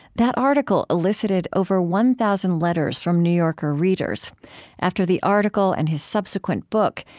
that article elicited over one thousand letters from new yorker readers after the article and his subsequent book,